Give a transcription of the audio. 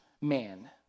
man